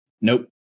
Nope